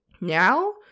now